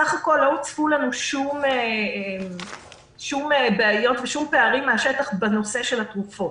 בסך הכול לא הוצפו לנו שום בעיות ושום פערים מן השטח בנושא התרופות.